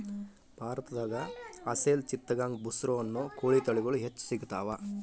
ಭಾರತದಾಗ ಅಸೇಲ್ ಚಿತ್ತಗಾಂಗ್ ಬುಸ್ರಾ ಅನ್ನೋ ಕೋಳಿ ತಳಿಗಳು ಹೆಚ್ಚ್ ಸಿಗತಾವ